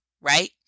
right